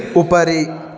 उपरि